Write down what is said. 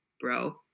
bro